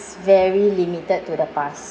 very limited to the past